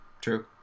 true